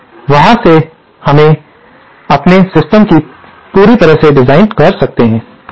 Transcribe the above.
और से वहां हम अपने सिस्टम को पूरी तरह से डिजाइन कर सकते हैं